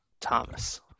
thomas